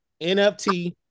NFT